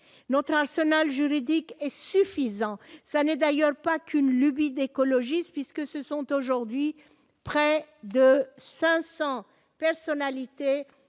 notre arsenal juridique est suffisant, ça n'est d'ailleurs pas qu'une lubie d'écologistes, puisque ce sont aujourd'hui près de 500 personnalités